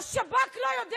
איך את לא מתביישת?